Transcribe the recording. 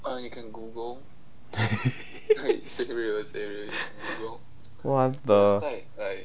what the